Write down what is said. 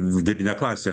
vidurinė klasė